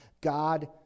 God